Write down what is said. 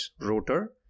Rotor